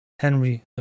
Henry